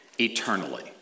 eternally